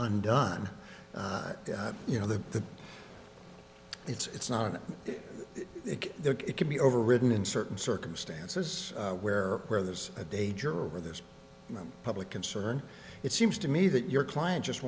undone you know the it's not that it can be overridden in certain circumstances where where there's a danger or there's public concern it seems to me that your client just